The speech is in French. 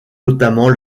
notamment